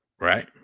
right